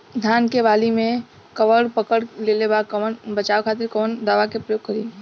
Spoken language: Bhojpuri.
धान के वाली में कवक पकड़ लेले बा बचाव खातिर कोवन दावा के प्रयोग करी?